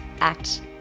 act